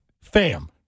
Fam